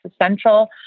essential